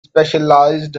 specialized